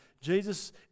Jesus